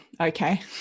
Okay